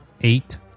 Eight